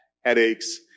headaches